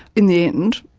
in the end,